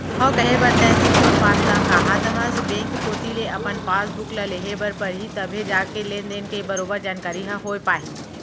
हव कहे बर तैं सिरतोन बात ल काहत हस बेंक कोती ले अपन पासबुक ल लेहे बर परही तभे जाके लेन देन के बरोबर जानकारी ह होय पाही